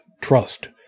trust